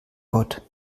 gott